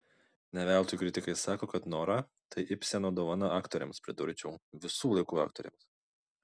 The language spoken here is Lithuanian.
ne veltui kritikai sako kad nora tai ibseno dovana aktorėms pridurčiau visų laikų aktorėms